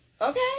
Okay